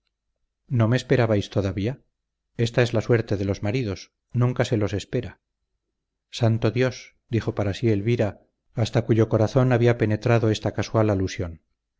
no me esperabais todavía esta es la suerte de los maridos nunca se los espera santo dios dijo para sí elvira hasta cuyo corazón había penetrado esta casual alusión